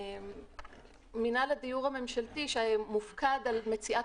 מינהל הדיור הממשלתי שמופקד על מציאת